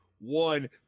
one